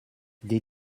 des